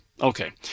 Okay